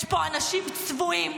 יש פה אנשים צבועים